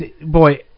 boy